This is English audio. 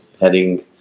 heading